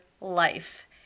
life